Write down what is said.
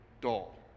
dull